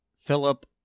Philip